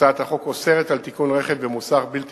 הצעת החוק אוסרת תיקון רכב במוסך בלתי